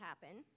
happen